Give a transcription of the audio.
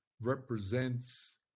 represents